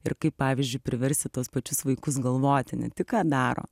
ir kaip pavyzdžiui priversti tuos pačius vaikus galvoti ne tik ką daro